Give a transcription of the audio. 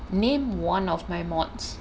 name one of my modules